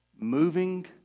Moving